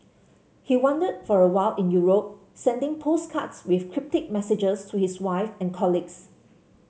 he wandered for a while in Europe sending postcards with cryptic messages to his wife and colleagues